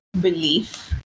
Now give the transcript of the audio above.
belief